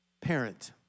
parent